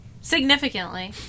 Significantly